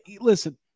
listen